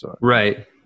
Right